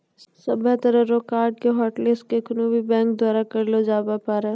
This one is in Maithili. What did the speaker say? सभ्भे तरह रो कार्ड के हाटलिस्ट केखनू भी बैंक द्वारा करलो जाबै पारै